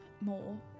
more